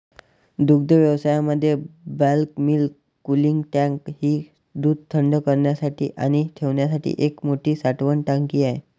दुग्धव्यवसायामध्ये bulk milk cooling tank ही दूध थंड करण्यासाठी आणि ठेवण्यासाठी एक मोठी साठवण टाकी आहे